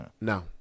no